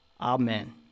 Amen